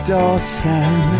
Dawson